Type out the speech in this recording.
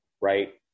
right